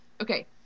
Okay